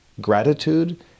gratitude